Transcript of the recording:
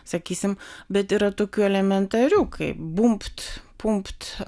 sakysim bet yra tokių elementarių kaip bumbt pumpt